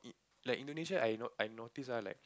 like Indonesia I know I notice ah like